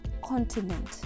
continent